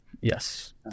Yes